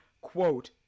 quote